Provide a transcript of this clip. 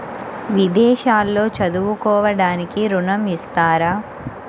విదేశాల్లో చదువుకోవడానికి ఋణం ఇస్తారా?